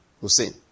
Hussein